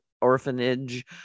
orphanage